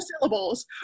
syllables